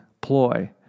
ploy